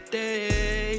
day